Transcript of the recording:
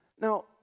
Now